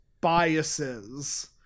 biases